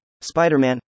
Spider-Man